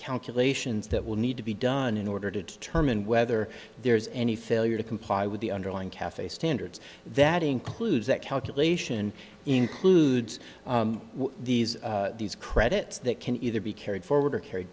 calculations that will need to be done in order to determine whether there is any failure to comply with the underlying cafe standards that includes that calculation includes these these credits that can either be carried forward or carried